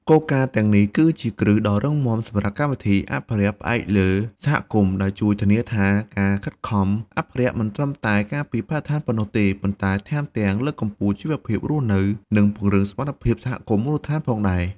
គោលការណ៍ទាំងនេះគឺជាគ្រឹះដ៏រឹងមាំសម្រាប់កម្មវិធីអភិរក្សផ្អែកលើសហគមន៍ ដែលជួយធានាថាការខិតខំអភិរក្សមិនត្រឹមតែការពារបរិស្ថានប៉ុណ្ណោះទេ ប៉ុន្តែថែមទាំងលើកកម្ពស់ជីវភាពរស់នៅ និងពង្រឹងសមត្ថភាពសហគមន៍មូលដ្ឋានផងដែរ។